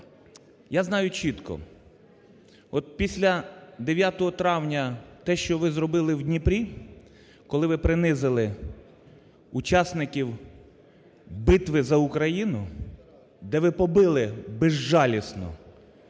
я знаю чітко, от, після 9 травня те, що ви зробили в Дніпрі, коли ви принизили учасників битви за Україну, де ви побили безжалісно,